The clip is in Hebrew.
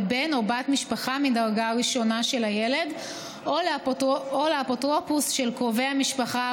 לבן או בת משפחה מדרגה ראשונה של הילד או לאפוטרופוס של קרובי המשפחה,